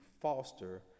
foster